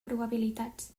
probabilitats